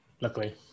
luckily